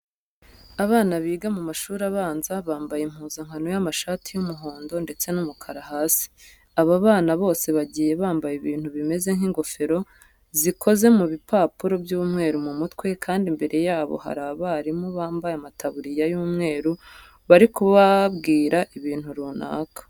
Abana biga mu mashuri abanza bambaye impuzankano y'amashati y'umuhondo ndetse n'umukara hasi. Aba bana bose bagiye bambaye ibintu bimeze nk'ingofero zikoze mu bipapuro by'umweru mu mutwe kandi imbere yabo hari abarimu bambaye amataburiya y'umweru bari kubabwira ibintu runaka.